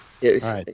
Yes